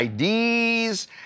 IDs